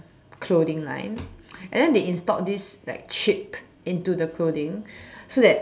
clothing line and then they installed this like chip into the clothing so that